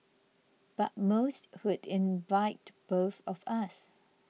but most would invite both of us